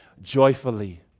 joyfully